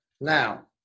Now